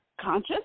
conscious